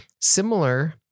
similar